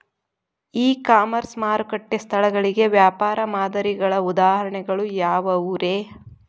E commerce ಮಾರುಕಟ್ಟೆ ಸ್ಥಳಗಳಿಗೆ ವ್ಯಾಪಾರ ಮಾದರಿಗಳ ಉದಾಹರಣೆಗಳು ಯಾವವುರೇ?